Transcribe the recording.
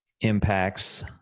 impacts